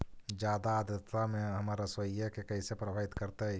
जादा आद्रता में हमर सरसोईय के कैसे प्रभावित करतई?